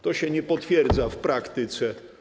To się nie potwierdza w praktyce.